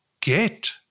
get